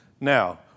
Now